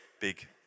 big